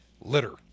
litter